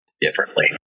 differently